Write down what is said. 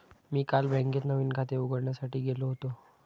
मी काल बँकेत नवीन खाते उघडण्यासाठी गेलो होतो